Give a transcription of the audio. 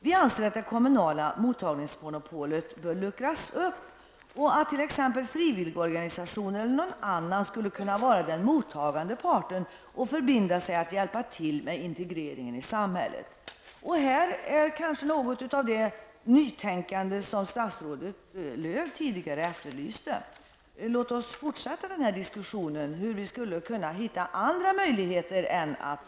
Vi anser att det kommunala mottagnignsmonopolet bör luckras upp och att t.ex. frivilligorganisationer eller någon annan skulle kunna vara den mottagande parten och förbinda sig att hjälpa till med integreringen i samhället. Här är kanske något av det nytänkande statsrådet tidigare efterlyste. Låt oss fortsätta diskussionen om hur vi skulle kunna hitta andra möjligheter.